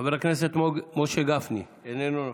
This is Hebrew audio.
חבר הכנסת משה גפני, איננו נוכח,